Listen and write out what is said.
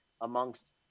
amongst